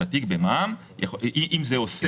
יש לה תיק במע"מ אם זה עוסק.